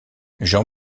jean